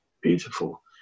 beautiful